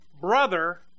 brother